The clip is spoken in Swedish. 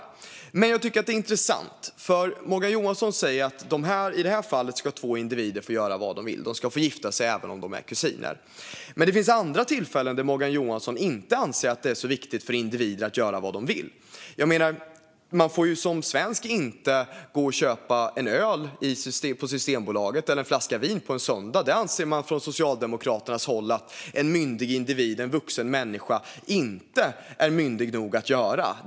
Jag tycker dock att detta är intressant, för Morgan Johansson säger att två individer ska få göra vad de vill i det här fallet. De ska få gifta sig även om de är kusiner. Men det finns andra tillfällen då Morgan Johansson inte anser att det är särskilt viktigt att individer ska få göra vad de vill. Man får som svensk till exempel inte gå och köpa en öl eller en flaska vin på Systembolaget en söndag; det anser man från Socialdemokraternas håll att en myndig individ - en vuxen människa - inte är myndig nog att göra.